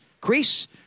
crease